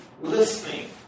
listening